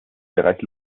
bereich